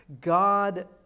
god